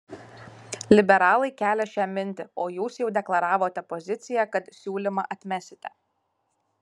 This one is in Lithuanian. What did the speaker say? liberalai kelią šią mintį o jūs jau deklaravote poziciją kad siūlymą atmesite